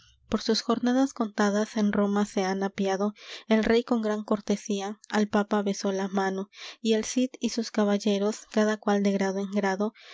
por sus jornadas contadas en roma se han apeado el rey con gran cortesía al papa besó la mano y el cid y sus caballeros cada cual de grado en grado